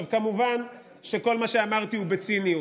כמובן שכל מה שאמרתי הוא בציניות.